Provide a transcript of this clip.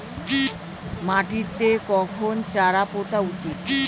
মাটিতে কখন চারা পোতা উচিৎ?